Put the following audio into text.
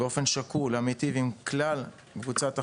ושקול עם כלל קבוצת החולים,